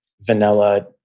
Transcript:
vanilla